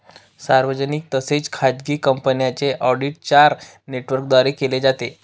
सार्वजनिक तसेच खाजगी कंपन्यांचे ऑडिट चार नेटवर्कद्वारे केले जाते